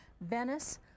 Venice